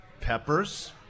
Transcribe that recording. Peppers